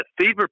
fever